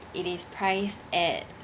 it is priced at